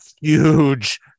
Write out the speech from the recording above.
huge